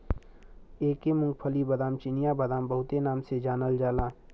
एके मूंग्फल्ली, बादाम, चिनिया बादाम बहुते नाम से जानल जाला